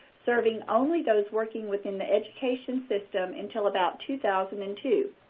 serving only those working within the education system until about two thousand and two.